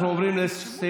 תודה רבה לשר